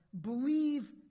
believe